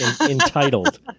entitled